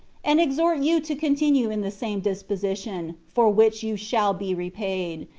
and exhort you to continue in the same disposition, for which you shall be repaid,